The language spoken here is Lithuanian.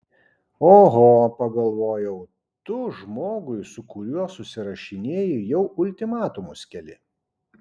oho pagalvojau tu žmogui su kuriuo susirašinėji jau ultimatumus keli